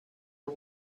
are